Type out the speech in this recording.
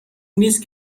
نیست